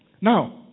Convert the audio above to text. Now